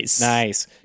nice